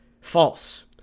False